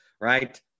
right